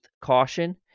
caution